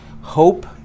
hope